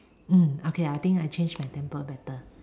mm okay I change my temper better